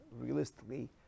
realistically